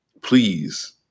Please